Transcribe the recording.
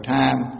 time